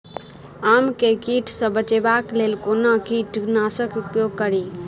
आम केँ कीट सऽ बचेबाक लेल कोना कीट नाशक उपयोग करि?